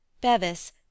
Bevis